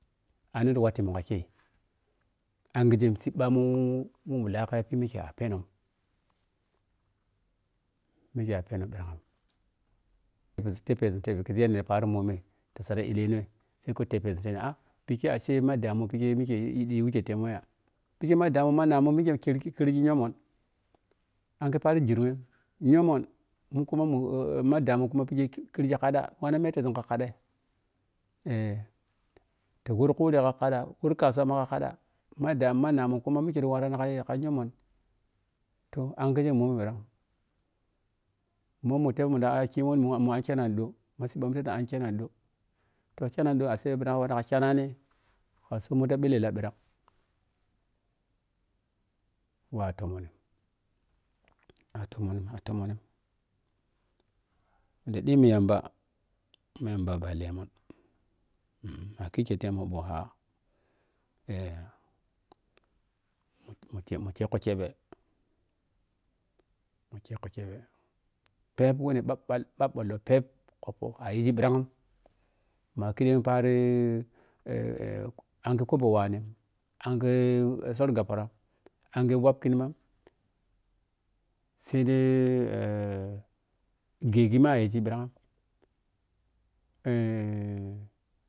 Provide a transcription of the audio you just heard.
Anong ta wattemun kha kai angigem sibbamum wei mu lau khayapie kei mike apenom, mike apenom ɓirang niz ta tebpezun tebi khigi yadda nidayi paroh mbomi ta sad ƌ ƌu ɛlenoi saiko tebpezum sai na’a akke ashe madamun pikkei mike yigi temmoh yah? Pikke ma damum, mana mun mikke kergi-kergi nyomoh ange manni paroh jiring wei nyomon mun kuma madamun pikei khergi khada wanna mettezun kha kha ƌai tawarri khuri kha khada ta wori kasuwa ma kha khada madamun kha namun kuma mikke warrani kha kha kyomon toh angise mbomim ɓirang, mbom mun tebi munda ai kyananƌo ki mum mun an kyanan ƌo aseh ɓirang anuatu ka kyanani ta sɔbmun ta bellala ɓirang wei atomonim atomonim-atomonini ni dimmi yamba ma yamba balle mun ma’kikyem temun ɓohaa mun kimun kyekko kyeghi, mun kyekko kyeghe pep wei ni ɓababalo pep kekkho ayigi ɓirang makhedeng parii angho khobo wanem, ange sɔr gabparam, ange wap kimam, sai dai ghegi ma ayigi ɓiray,